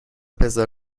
بزار